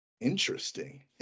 Interesting